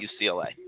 UCLA